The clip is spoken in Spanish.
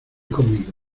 conmigo